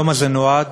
היום הזה נועד